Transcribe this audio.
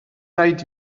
raid